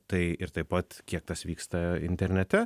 tai ir taip pat kiek tas vyksta internete